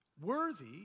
worthy